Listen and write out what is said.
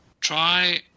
Try